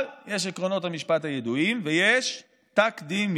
אבל יש עקרונות המשפט הידועים ויש תקדימים,